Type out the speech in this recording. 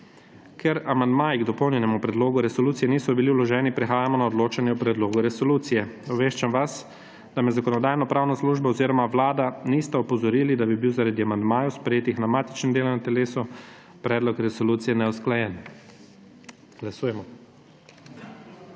Ker amandmaji k dopolnjenemu predlogu resolucije niso bili vloženi, prehajamo na odločanje o predlogu resolucije. Obveščam vas, da me Zakonodajno-pravna služba oziroma Vlada nista opozorili, da bi bil zaradi amandmajev, sprejetih na matičnem delovnem telesu, predlog resolucije neusklajen. Glasujemo.